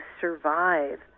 survive